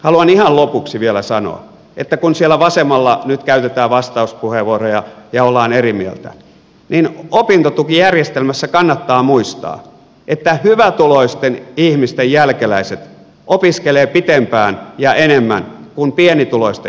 haluan ihan lopuksi vielä sanoa että kun siellä vasemmalla nyt käytetään vastauspuheenvuoroja ja ollaan eri mieltä niin opintotukijärjestelmässä kannattaa muistaa että hyvätuloisten ihmisten jälkeläiset opiskelevat pitempään ja enemmän kuin pienituloisten ihmisten jälkeläiset